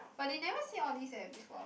but they never say all these eh before